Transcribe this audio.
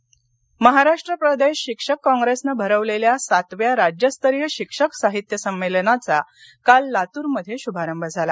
शिक्षण लातर महाराष्ट्र प्रदेश शिक्षक काँप्रेसनं भरवलेल्या सातव्या राज्यस्तरीय शिक्षक साहित्य संमेलनाचा काल लातुरमध्ये शुभारंभ झाला